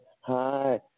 hi